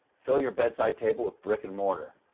fill your bedside table with brick and mortar,